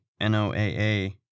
NOAA